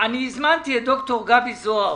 הזמנתי את ד"ר גבי זוהר,